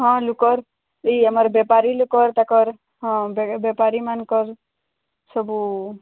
ହଁ ଲୁକର ଏଇ ଆମର ବେପାରୀ ଲୁକର ତାକର ହଁ ବେପାରୀମାନଙ୍କର ସବୁ